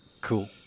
cool